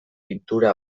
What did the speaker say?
pintura